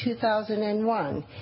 2001